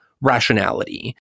rationality